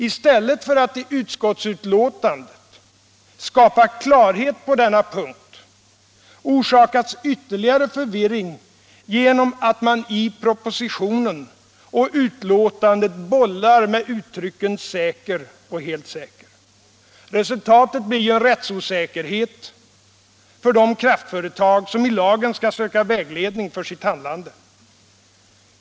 I stället för att i utskottsbetänkandet skapa klarhet på denna punkt orsakas ytterligare förvirring genom att man i proposition och betänkande bollar med uttrycken ”säker” och ”helt säker”. Resultatet blir en rättsosäkerhet för de kraftföretag som i lagen skall söka vägledning för sitt handlande.